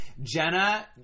Jenna